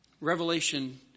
Revelation